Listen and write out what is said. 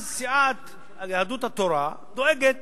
אז סיעת יהדות התורה דואגת